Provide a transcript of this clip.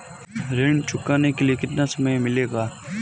ऋण चुकाने के लिए कितना समय मिलेगा?